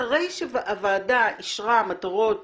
אחרי שהוועדה אישרה מטרות